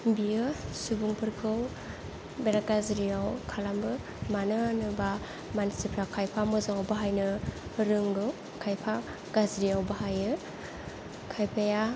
बियो सुबुंफोरखौ बिराद गाज्रियाव खालामो मानो होनोबा मानसिफ्रा खायफा मोजाङाव बाहायनो रोंगौ खायफा गाज्रियाव बाहायो खायफाया